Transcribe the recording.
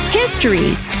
histories